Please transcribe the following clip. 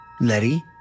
Letty